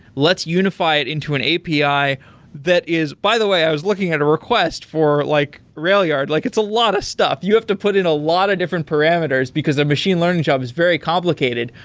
let's unify it into an api that is by the way, i was looking at a request for like railyard. like it's a lot of stuff. you have to put in a lot of different parameters because the machine learning job is very complicated,